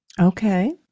Okay